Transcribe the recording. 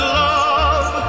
love